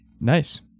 nice